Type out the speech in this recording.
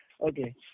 Okay